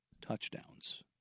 touchdowns